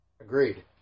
Agreed